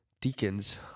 deacons